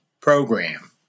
program